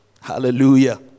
Hallelujah